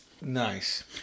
Nice